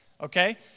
okay